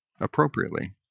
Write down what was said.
appropriately